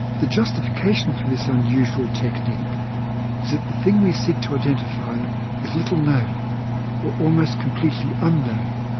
the justification for this unusual technique is that the thing we seek to identify is little known or almost completely unknown,